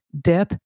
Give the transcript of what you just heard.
Death